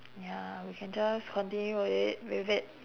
ya we can just continue with it with it